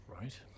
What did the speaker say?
Right